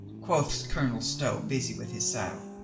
quoth colonel stow, busy with his saddle.